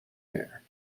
air